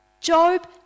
Job